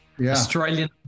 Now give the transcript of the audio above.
Australian